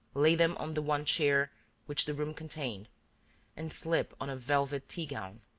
lay them on the one chair which the room contained and slip on a velvet tea-gown.